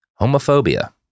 homophobia